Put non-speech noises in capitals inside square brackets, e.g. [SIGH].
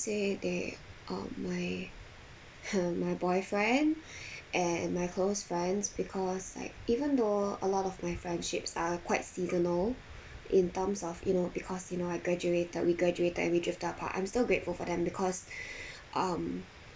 say they are my [LAUGHS] my boyfriend [BREATH] and my close friends because like even though a lot of my friendships are quite seasonal in terms of you know because you know I graduated we graduated and we drift apart I'm still grateful for them because [BREATH] um